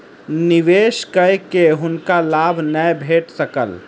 निवेश कय के हुनका लाभ नै भेट सकल